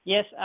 Yes